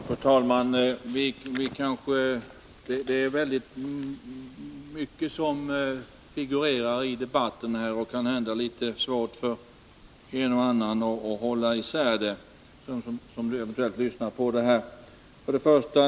Fru talman! Det är väldigt mycket som figurerar här i debatten, och det är kanhända litet svårt för en och annan, som eventuellt lyssnar, att hålla isär allt detta.